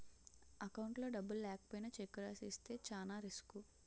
అకౌంట్లో డబ్బులు లేకపోయినా చెక్కు రాసి ఇస్తే చానా రిసుకు